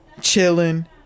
chilling